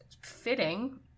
fitting